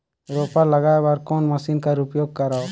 रोपा लगाय बर कोन मशीन कर उपयोग करव?